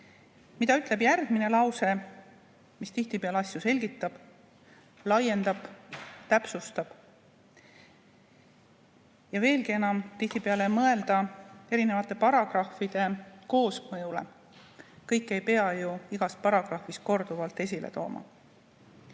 Mida ütleb järgmine lause, mis tihtipeale asju selgitab, laiendab, täpsustab? Ja veelgi enam, tihtipeale ei mõelda erinevate paragrahvide koosmõjule. Kõike ei pea ju igas paragrahvis korduvalt esile tooma. Miks